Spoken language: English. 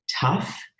tough